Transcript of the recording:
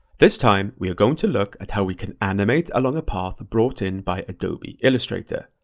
this time, we are going to look at how we can animate along a path brought in by adobe illustrator.